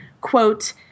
Quote